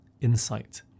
insight